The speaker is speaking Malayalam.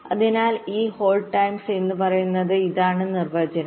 അതിനാൽ ഈ ഹോൾഡ് ടൈംസ് പറയുന്നത് ഇതാണ് നിർവചനം